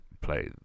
play